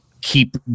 keep